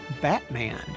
Batman